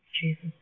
Jesus